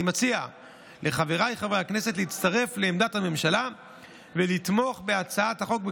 אני מציע לחבריי חברי הכנסת להצטרף לעמדת הממשלה ולתמוך בהצעת החוק,